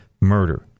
murder